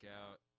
out